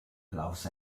klaus